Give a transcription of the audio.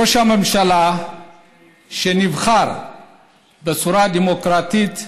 ראש הממשלה נבחר בצורה דמוקרטית,